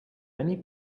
many